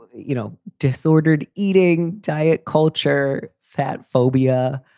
you know, disordered eating, diet, culture, fat phobia